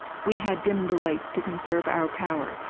we had dimmed the lights to conserve our power,